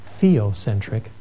theocentric